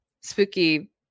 spooky